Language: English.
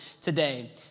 today